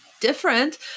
different